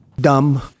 Dumb